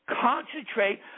Concentrate